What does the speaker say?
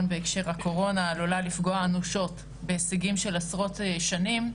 בהקשר הקורונה עלולה לפגוע אנושות בהישגים של עשרות שנים,